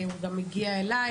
הוא גם הגיע אליי,